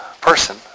person